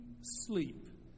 sleep